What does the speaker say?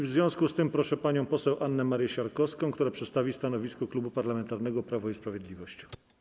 W związku z tym proszę panią poseł Annę Marię Siarkowską, która przedstawi stanowisko Klubu Parlamentarnego Prawo i Sprawiedliwość.